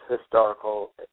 historical